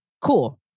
Cool